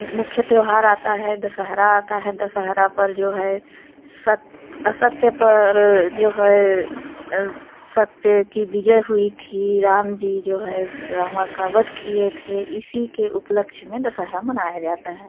मुख्य त्यौहार आता है दशहरा आता है दशहरा पर जो है सत असत्य पर जो है सत्य की विजय हुई थी राम जी जो है रावण का वध किए थे इसी के उपलक्ष में दशहरा मनाया जाता है